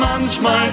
manchmal